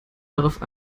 darauf